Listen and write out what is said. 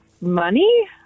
Money